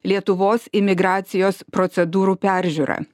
lietuvos imigracijos procedūrų peržiūrą